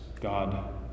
God